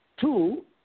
Two